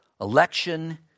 election